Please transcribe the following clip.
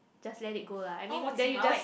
just let it go lah I mean then you just